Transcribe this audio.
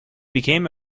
became